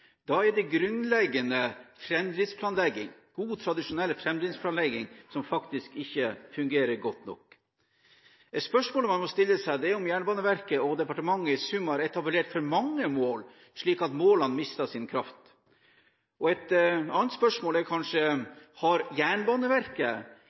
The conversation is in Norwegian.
Da er det grunnleggende framdriftsplanlegging – god, tradisjonell framdriftsplanlegging – som ikke fungerer godt nok. Et spørsmål man må stille seg, er om Jernbaneverket og departementet i sum har etablert for mange mål, slik at målene mister sin kraft. Et annet spørsmål er